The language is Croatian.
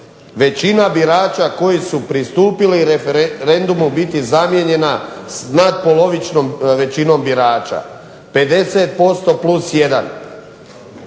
većina birača koji su pristupili referendumu biti zamijenjena s natpolovičnom većinom birača, 50% plus